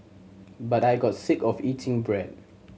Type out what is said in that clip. but I got sick of eating bread